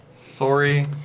Sorry